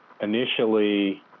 initially